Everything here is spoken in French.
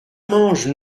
mange